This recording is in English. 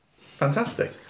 Fantastic